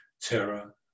terror